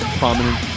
prominent